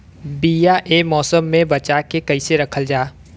बीया ए मौसम में बचा के कइसे रखल जा?